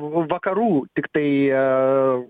vakarų tiktai